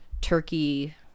Turkey